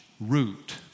root